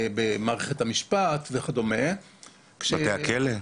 במערכת המשפט וכדומה --- בתי הכולא גם.